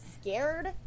scared